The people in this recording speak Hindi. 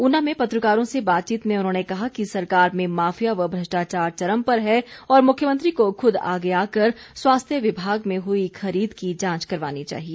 ऊना में पत्रकारों से बातचीत में उन्होंने कहा कि सरकार में माफिया व भ्रष्टाचार चरम पर है और मुख्यमंत्री को खुद आगे आकर स्वास्थ्य विभाग में हुई खरीद की जांच करवानी चाहिए